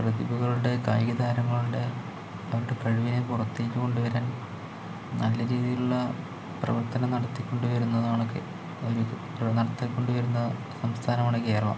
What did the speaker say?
പ്രതിഭകളുടെ കായിക താരങ്ങളുടെ അവരുടെ കഴിവിനെ പുറത്തേക്ക് കൊണ്ടുവരാൻ നല്ല രീതിലുള്ള പ്രവർത്തനം നടത്തിക്കൊണ്ട് വരുന്നതാണൊക്കെ നടത്തിക്കൊണ്ട് വരുന്ന സംസ്ഥാനമാണ് കേരളം